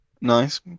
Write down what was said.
Nice